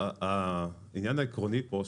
העניין העקרוני פה,